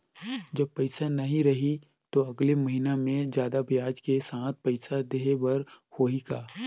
जब पइसा नहीं रही तो अगले महीना मे जादा ब्याज के साथ पइसा देहे बर होहि का?